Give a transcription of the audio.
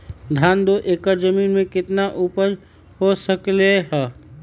धान दो एकर जमीन में कितना उपज हो सकलेय ह?